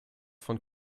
von